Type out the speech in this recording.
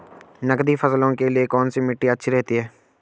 नकदी फसलों के लिए कौन सी मिट्टी अच्छी रहती है?